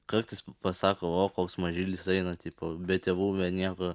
kartais pasako o koks mažylis eina tipo be tėvų be nieko